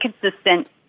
consistent